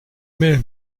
mail